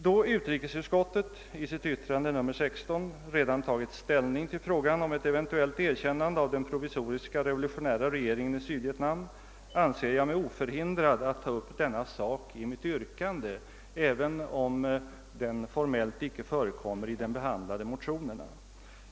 Då utrikesutskottet i sitt utlåtande nr 16 redan tagit ställning till frågan om ett eventuellt erkännande av den provisoriska revolutionära regeringen i Sydvietnam anser jag mig oförhindrad att ta upp denna sak i mitt yrkande även om den formellt inte förekommer i de behandlade motionerna.